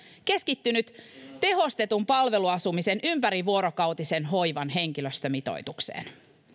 keskittynyt tehostetun palveluasumisen ympärivuorokautisen hoivan henkilöstömitoitukseen